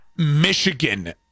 Michigan